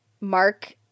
Mark